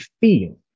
feel